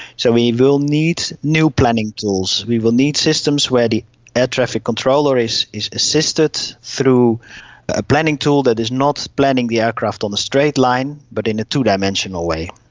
so we will need new planning tools, we will need systems where the air-traffic controller is is assisted through a planning tool that is not planning the aircraft on the straight line but in a two-dimensional way.